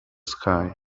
sky